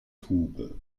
tube